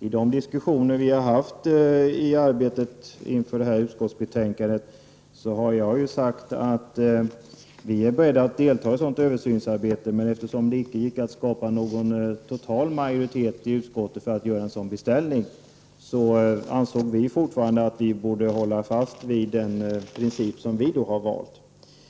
I de diskussioner vi har haft i arbetet inför det här utskottsbetänkandet har jag ju sagt att vi är beredda att delta i ett sådant översynsarbete. Men eftersom det icke gick att skapa någon total majoritet i utskottet för att göra en sådan beställning ansåg vi fortfarande att vi borde hålla fast vid den princip som vi har valt.